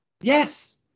Yes